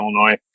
Illinois